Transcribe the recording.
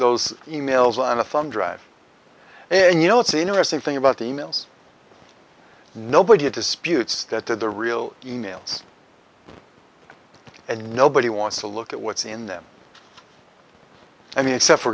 those e mails on a thumb drive and you know it's interesting thing about the e mails nobody disputes that they're the real e mails and nobody wants to look at what's in them i mean except for